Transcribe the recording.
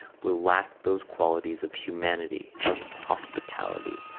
will lack those qualities of humanity, of hospitality,